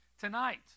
tonight